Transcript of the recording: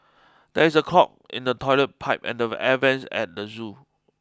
there is a clog in the toilet pipe and the air vents at the zoo